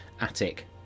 attic